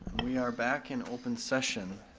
we are back in open session.